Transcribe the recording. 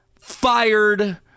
fired